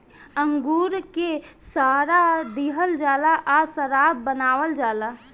अंगूर के सड़ा दिहल जाला आ शराब बनावल जाला